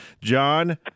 John